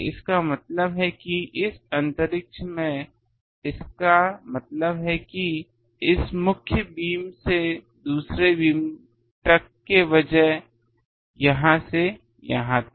इसका मतलब है कि इस अंतरिक्ष में इसका मतलब है कि इस मुख्य बीम से दूसरे बीम तक के बजाय यहां से यहां तक